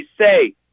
say